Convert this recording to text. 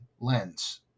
lens